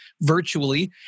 virtually